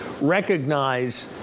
recognize